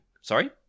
Sorry